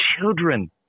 children